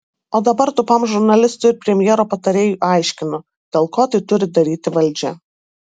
o dabar tūpam žurnalistui ir premjero patarėjui aiškinu dėl ko tai turi daryti valdžia